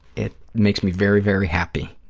it makes me very, very happy